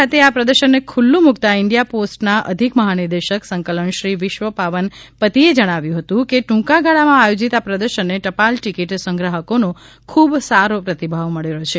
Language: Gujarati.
ખાતે આ પ્રદર્શનને ખુલ્લું મુકતાં ઇન્ડિયા પોસ્ટના અધિક મહા નિર્દેશક સંકલન શ્રી વિશ્વ પાવન પતિએ જણાવ્યું હતું કે દ્રંકાગાળામાં આયોજીત આ પ્રદર્શનને ટપાલ ટિકિટ સંગ્રાહકોનો ખૂબ સારો પ્રતિભાવ મળ્યો છે